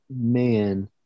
man